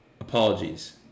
apologies